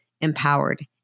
empowered